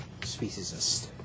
Speciesist